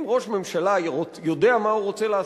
אם ראש ממשלה יודע מה הוא רוצה לעשות,